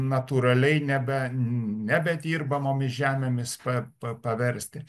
natūraliai nebe nebe dirbamomis žemėmis pa pa paversti